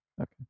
Okay